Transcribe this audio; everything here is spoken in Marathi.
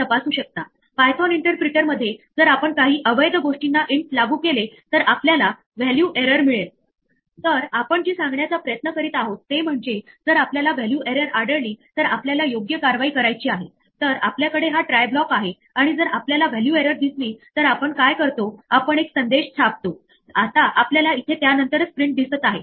तर पायथोनचे इंटरप्रीटर आपल्याला यातील उदाहरणांमधून एरर च्या प्रकारांविषयी सांगते आणि लक्षात घ्या कि सुरूवातीस जसे एरर चे नाव लिहिले आहे index error name error zero division error अधिक त्या एररच्या निदानाचे नंतर स्पष्टीकरण दिले आहे